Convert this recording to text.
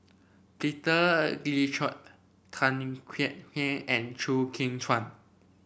Peter Tan Kek Hiang and Chew Kheng Chuan